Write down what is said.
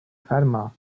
fatima